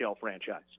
franchise